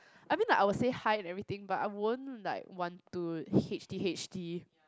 I mean like I will say hi to everything but I won't like want to H T H T